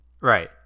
Right